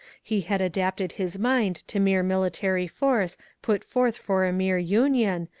he had adapted his mind to mere mili tary force put forth for a mere union,